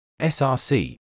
src